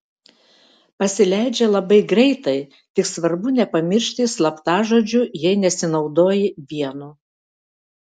pasileidžia labai greitai tik svarbu nepamiršti slaptažodžių jei nesinaudoji vienu